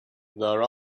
there